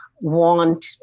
want